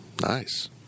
Nice